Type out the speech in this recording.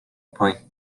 point